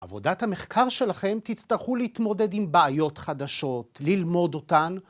עבודת המחקר שלכם תצטרכו להתמודד עם בעיות חדשות, ללמוד אותן.